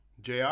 Jr